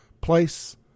Place